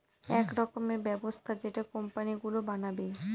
এক রকমের ব্যবস্থা যেটা কোম্পানি গুলো বানাবে